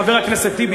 חבר הכנסת טיבי,